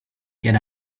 get